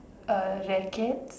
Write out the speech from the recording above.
a rackets